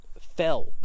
fell